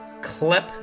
clip